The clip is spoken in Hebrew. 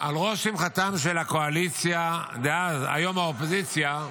על ראש שמחתם של הקואליציה דאז, היום האופוזיציה,